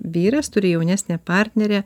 vyras turi jaunesnę partnerę